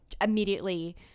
immediately